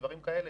דברים כאלה,